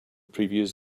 previous